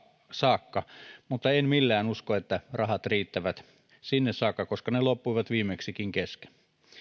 saakka mutta en millään usko että rahat riittävät sinne saakka koska ne loppuivat viimeksikin kesken